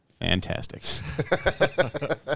Fantastic